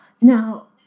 Now